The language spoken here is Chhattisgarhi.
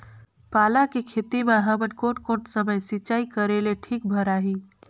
पाला के खेती मां हमन कोन कोन समय सिंचाई करेले ठीक भराही?